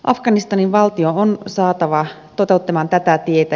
afganistanin valtio on saatava toteuttamaan tätä tietä